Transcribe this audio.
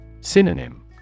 Synonym